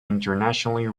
internationally